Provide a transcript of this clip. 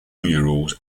murals